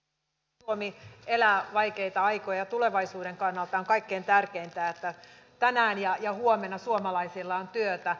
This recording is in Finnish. suomi elää vaikeita aikoja ja tulevaisuuden kannalta on kaikkein tärkeintä että tänään ja huomenna suomalaisilla on työtä